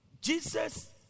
Jesus